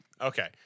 Okay